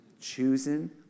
Choosing